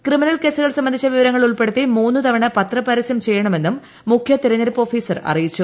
criminal കേസുകൾ സംബന്ധിച്ച വിവരങ്ങൾ ഉൾപ്പെടുത്തി മൂന്നു തവണ പത്ര പരസ്യം ചെയ്യണമെന്നും മുഖ്യ തെരഞ്ഞെടുപ്പ് ഓഫീസർ അറിയിച്ചു